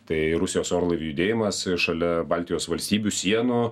tai rusijos orlaivių judėjimas šalia baltijos valstybių sienų